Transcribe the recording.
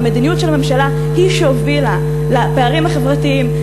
המדיניות של הממשלה היא שהובילה לפערים החברתיים,